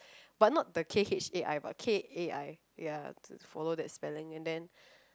but not the K_H_A_I but K_A_I ya follow that spelling and then